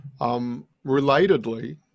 Relatedly